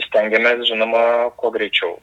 stengiamės žinoma kuo greičiau